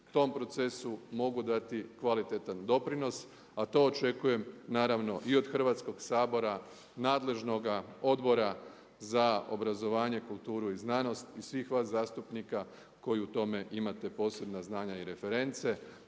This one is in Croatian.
tom procesu mogu dati kvalitetan doprinos a to očekujem naravno i od Hrvatskog sabora, nadležnoga Odbora za obrazovanje, kulturu i znanost i svih vas zastupnika koji u tome imate posebna znanja i reference.